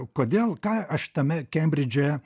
kodėl ką aš tame kembridže